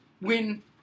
Win